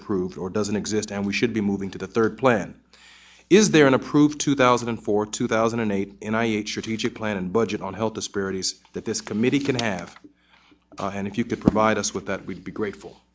approved or doesn't exist and we should be moving to the third plan is there in approved two thousand and four two thousand and eight and i should teach a plan and budget on health disparities that this committee can have and if you could provide us with that we'd be grateful